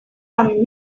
overcome